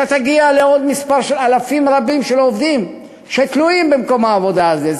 אתה תגיע למספר של עוד אלפים רבים של עובדים שתלויים במקום העבודה הזה.